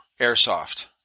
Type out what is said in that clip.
airsoft